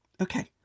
Okay